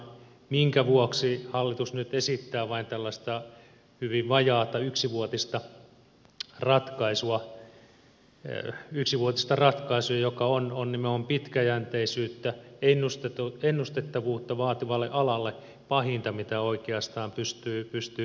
minkä vuoksi hallitus nyt esittää vain tällaista hyvin vajaata yksivuotista ratkaisua yksivuotista ratkaisua joka on nimenomaan pitkäjänteisyyttä ennustettavuutta vaativalle alalle pahinta mitä oikeastaan pystyy päätöksenteossa tekemään